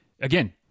again